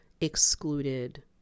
excluded